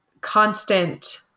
constant